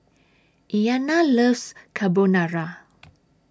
Iyanna loves Carbonara